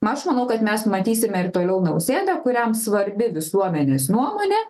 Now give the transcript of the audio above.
aš manau kad mes matysime ir toliau nausėdą kuriam svarbi visuomenės nuomonė